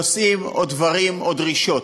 נושאים, או דברים, או דרישות,